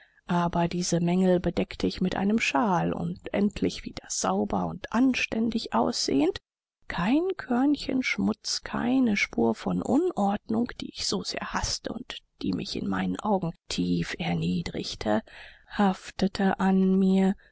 aber diese mängel bedeckte ich mit einem shawl und endlich wieder sauber und anständig aussehend kein körnchen schmutz keine spur von unordnung die ich so sehr haßte und die mich meinen augen tief erniedrigte haftete an mir